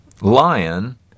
lion